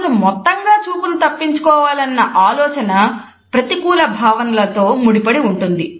అసలు మొత్తంగా చూపును తప్పించుకోవాలన్న ఆలోచన ప్రతికూల భావనలతో ముడిపడి ఉంటుంది